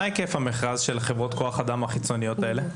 מה היקף המכרז, של חברות הכוח אדם החיצוניות האלו?